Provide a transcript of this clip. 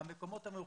המקומות המרוחקים,